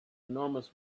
enormous